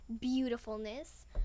beautifulness